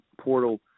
portal